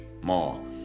more